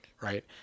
Right